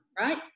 right